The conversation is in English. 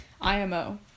IMO